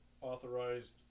authorized